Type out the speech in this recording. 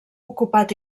ocupat